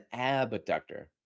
abductor